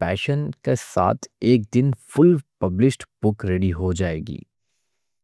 پیشن کے ساتھ ایک دن فل پبلشڈ بُک ریڈی ہو جائے گی۔